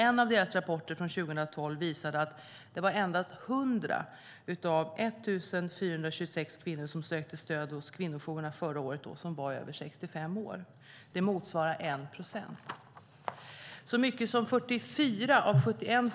En av deras rapporter från 2012 visade att det endast var 100 av de 10 426 kvinnor som sökte stöd hos kvinnojourerna året dessförinnan som var över 65 år. Det motsvarar 1 procent. Så många som 44 av 71